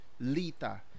Lita